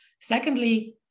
secondly